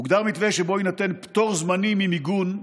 הוגדר מתווה שבו יינתן פטור זמני ממיגון,